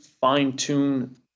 fine-tune